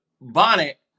bonnet